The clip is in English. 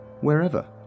wherever